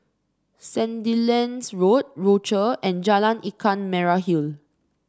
Sandilands Road Rochor and Jalan Ikan Merah Hill